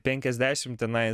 penkiasdešim tenai